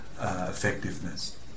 effectiveness